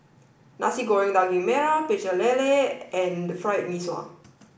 Nasi Goreng Daging Merah Pecel Lele and Fried Mee Sua